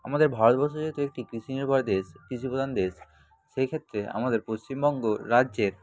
আমাদের ভারতবর্ষ যেহেতু একটি কৃষি নির্ভর দেশ কৃষি প্রধান দেশ সেই ক্ষেত্রে আমাদের পশ্চিমবঙ্গ রাজ্যের